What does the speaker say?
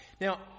Now